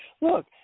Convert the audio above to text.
Look